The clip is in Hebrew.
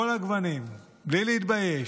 כל הגוונים, בלי להתבייש,